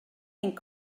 ein